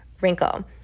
wrinkle